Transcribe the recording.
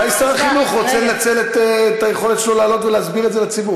אולי שר החינוך רוצה לנצל את היכולת שלו לעלות ולהסביר את זה לציבור.